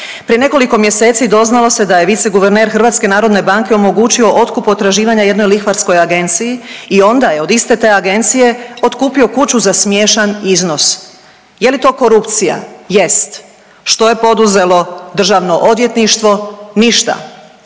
Prije nekoliko mjeseci doznalo se da je viceguverner HNB-a omogućio otkup potraživanja jednoj lihvarskoj agenciji i onda je od iste te agencije otkupio kuću za smiješan iznos. Je li to korupcija? Jest. Što je poduzelo Državno odvjetništvo? Ništa.